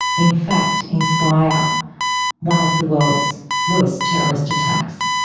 in fact, inspire one of the world's worst terrorist attacks.